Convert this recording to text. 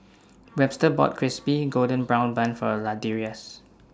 Webster bought Crispy Golden Brown Bun For Ladarius